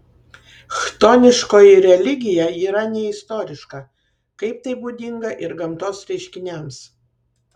chtoniškoji religija yra neistoriška kaip tai būdinga ir gamtos reiškiniams